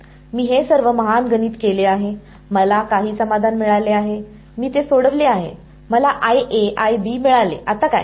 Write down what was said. मी हे सर्व महान गणित केले आहे मला काही समाधान मिळाले आहे मी ते सोडविले आहे मला मिळाले आता काय